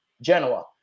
Genoa